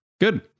good